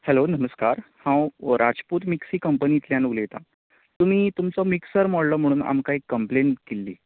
hello नमस्कार हांव Rajput mixie कंपनिंतल्यान उलयतां तुमी तुमचो मिक्सर मोडलो म्हणून आमकां एक कंप्लेन केल्ली